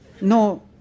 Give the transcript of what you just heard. No